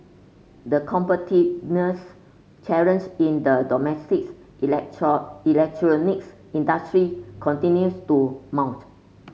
the competitiveness challenge in the domestics electronics industry continues to mount